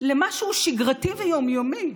למשהו שגרתי ויומיומי.